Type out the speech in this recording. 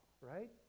right